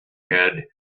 had